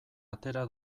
atera